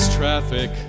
traffic